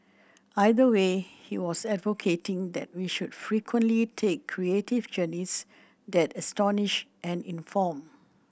either way he was advocating that we should frequently take creative journeys that astonish and inform